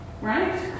right